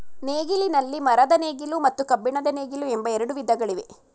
ನೇಗಿಲಿನಲ್ಲಿ ಮರದ ನೇಗಿಲು ಮತ್ತು ಕಬ್ಬಿಣದ ನೇಗಿಲು ಎಂಬ ಎರಡು ವಿಧಗಳಿವೆ